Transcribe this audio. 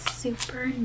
super